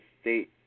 State